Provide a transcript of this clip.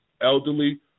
elderly